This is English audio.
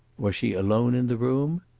was she alone in the room?